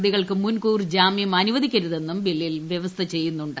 പ്രതികൾക്ക് മുൻകൂർജാമ്യം അനുവദിക്കരുതെന്നും ബില്ലിൽ വ്യവസ്ഥ ചെയ്യുന്നുണ്ട്